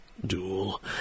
Duel